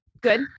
good